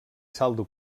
saldo